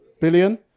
Billion